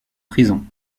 prison